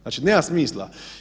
Znači nema smisla.